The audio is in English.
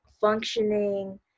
functioning